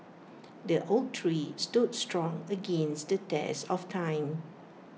the oak tree stood strong against the test of time